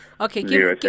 Okay